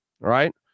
right